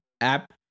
app